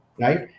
right